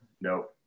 No